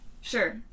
Sure